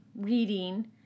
reading